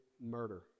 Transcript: murder